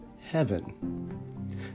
heaven